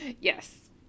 Yes